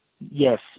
Yes